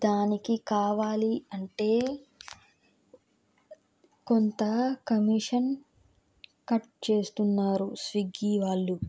దానికి కావాలి అంటే కొంత కమిషన్ కట్ చేస్తున్నారు స్విగ్గీ వాళ్ళు